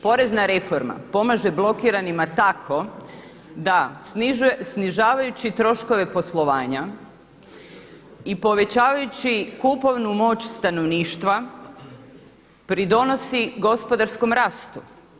Porezna reforma pomaže blokiranima tako da snižavajući troškove poslovanja i povećavajući kupovnu moć stanovništva pridonosi gospodarskom rastu.